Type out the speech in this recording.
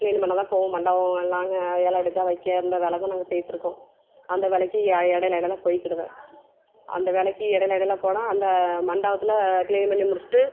clean பண்ண தான் போவோம் மண்டபம் எல்லாங்க இல எடுக்க வைக்க இந்த வேலை தான் நாங்கள் போய்கிட்டு இருக்கோம் அந்த வேலைக்கு இடைல இடைல போய்கிடுவன் அந்த வேலைக்கு இடைல இடைல போனால் அந்த மண்டபத்தில் க்ளீன் பண்ணி முடிச்சுவிட்டு